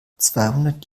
zweihundert